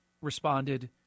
responded